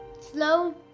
Slow